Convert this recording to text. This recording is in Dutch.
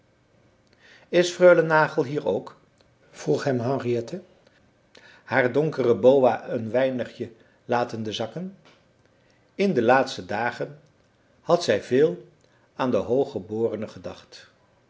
is freule nagel hier k vroeg hem henriette haar donkere boa een weinigje latende zakken in de laatste dagen had zij veel aan de hooggeborene gedacht